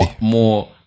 More